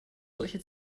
solche